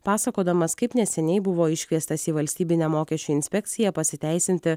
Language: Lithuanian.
pasakodamas kaip neseniai buvo iškviestas į valstybinę mokesčių inspekciją pasiteisinti